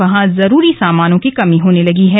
वहां जरूरी सामान की कमी होने लगी है